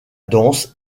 danse